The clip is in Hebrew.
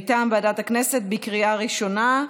מטעם ועדת הכנסת, בקריאה ראשונה.